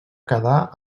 quedar